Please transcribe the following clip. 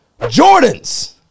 Jordans